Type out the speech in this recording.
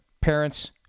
Parents